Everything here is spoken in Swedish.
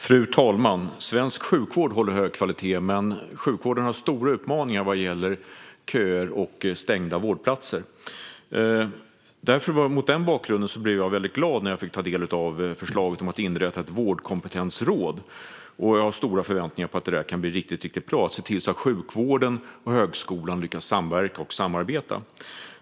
Fru talman! Svensk sjukvård håller hög kvalitet, men sjukvården har stora utmaningar vad gäller köer och stängda vårdplatser. Mot den bakgrunden blev jag väldigt glad när jag fick ta del av förslaget om att inrätta ett vårdkompetensråd. Jag har stora förväntningar och tror att det kan bli riktigt bra och att man kan se till att sjukvården och högskolan lyckas samverka och samarbeta.